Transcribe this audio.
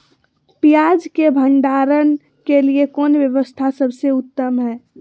पियाज़ के भंडारण के लिए कौन व्यवस्था सबसे उत्तम है?